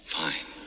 fine